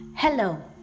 Hello